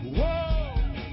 Whoa